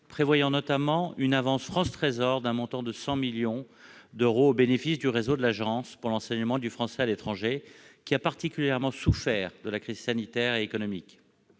prévoyant notamment une avance de l'Agence France Trésor d'un montant de 100 millions d'euros au bénéfice du réseau de l'Agence pour l'enseignement du français à l'étranger (AEFE), qui a particulièrement souffert de la crise sanitaire et économique.